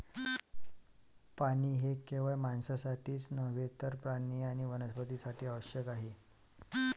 पाणी हे केवळ माणसांसाठीच नव्हे तर प्राणी आणि वनस्पतीं साठीही आवश्यक आहे